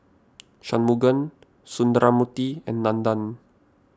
Shunmugam Sundramoorthy and Nandan